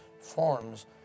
forms